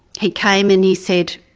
he came and he said,